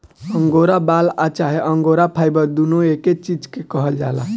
angora बाल आ चाहे अंगोरा फाइबर दुनो एके चीज के कहल जाला